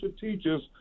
teachers